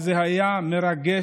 וזה היה מרגש